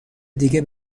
دیگه